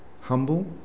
Humble